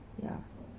ya